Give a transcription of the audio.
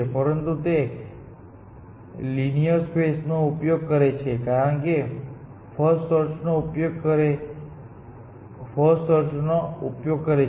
પરંતુ તે linear space નો ઉપયોગ કરે છે કારણ કે તે ફર્સ્ટ સર્ચ નો ઉપયોગ કરે છે